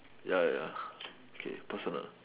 ya ya ya okay personal